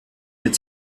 mit